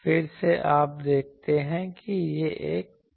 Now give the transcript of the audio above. फिर से आप देखते हैं कि यह एक पतला है